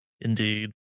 Indeed